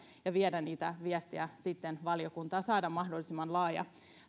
ja viedä niitä viestejä sitten valiokuntaan saada mahdollisimman laaja